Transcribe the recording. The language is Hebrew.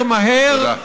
תודה.